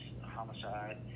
homicide